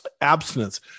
abstinence